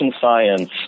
science